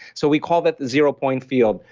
so we call that the zero-point field.